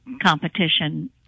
competition